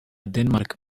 denmark